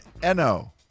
no